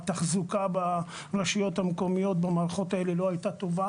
התחזוקה ברשויות המקומיות במערכות האלה לא הייתה טובה.